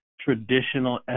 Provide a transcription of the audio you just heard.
traditional